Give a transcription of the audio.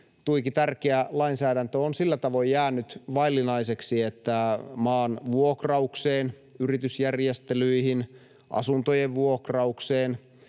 tuiki tärkeä lainsäädäntö on jäänyt vaillinaiseksi sillä tavoin, että maanvuokraukseen, yritysjärjestelyihin, asuntojen vuokraukseen